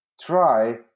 try